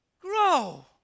Grow